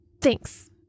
Thanks